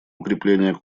укрепление